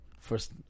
first